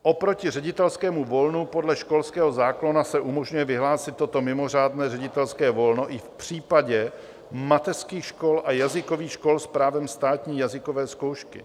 Oproti ředitelskému volnu podle školského zákona se umožňuje vyhlásit toto mimořádné ředitelské volno i v případě mateřských škol a jazykových škol s právem státní jazykové zkoušky.